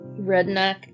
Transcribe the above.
redneck